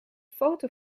foto